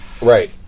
Right